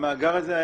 המאגר הזה,